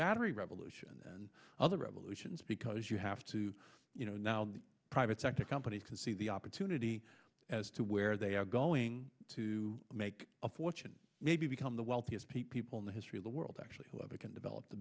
battery revolution and other revolutions because you have to you know now the private sector companies can see the opportunity as to where they are going to make a fortune maybe become the wealthiest people in the history of the world actually whoever can develop the